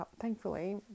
thankfully